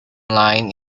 line